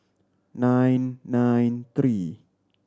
nine nine three